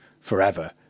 forever